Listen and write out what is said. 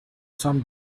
some